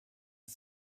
ist